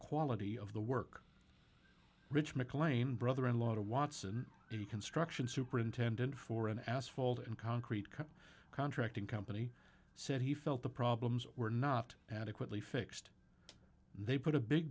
quality of the work rich mclean brother in law to watson new construction superintendent for an asphalt and concrete cut contracting company said he felt the problems were not adequately fixed they put a big